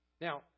Now